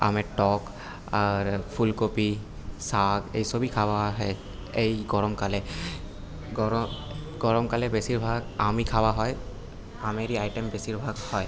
আমের টক আর ফুলকপি শাক এইসবই খাওয়া হয় এই গরমকালে গরমকালে বেশিরভাগ আমই খাওয়া হয় আমেরই আইটেম বেশিরভাগ হয়